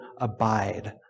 abide